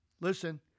Listen